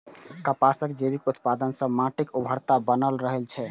कपासक जैविक उत्पादन सं माटिक उर्वरता बनल रहै छै